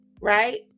right